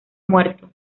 muerto